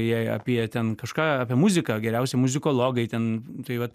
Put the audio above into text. jei apie ten kažką apie muziką geriausiai muzikologai ten tai vat